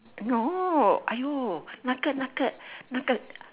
no !aiyo! 那个那个那个